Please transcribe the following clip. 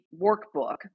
workbook